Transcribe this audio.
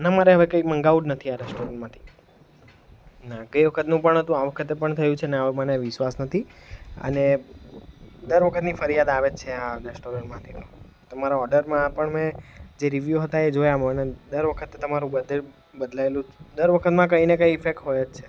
ના મારે હવે કંઈ મંગાવું જ નથી આ રેસ્ટોરન્ટમાંથી ના ગઈ વખતનું પણ હતું આ વખતે પણ થયું છે અને હવે મને વિશ્વાસ નથી અને દર વખતની ફરિયાદ આવે જ છે આ રેસ્ટોરન્ટમાંથી તો તમારા ઓડરમાં પણ મેં જે રિવ્યૂ હતા એ જોયા દર વખતે તમારું બધે બદલાએલું જ દર વખતમાં કંઈ ને કંઈ ઇફેક્ટ હોય જ છે